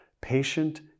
Patient